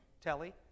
telly